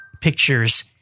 pictures